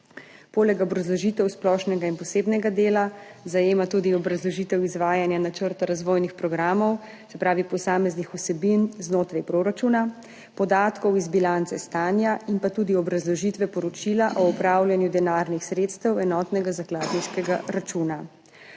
Poleg obrazložitev splošnega in posebnega dela zajema tudi obrazložitev izvajanja načrta razvojnih programov, se pravi posameznih vsebin znotraj proračuna, podatkov iz bilance stanja in tudi obrazložitve poročila o upravljanju denarnih sredstev enotnega zakladniškega računa.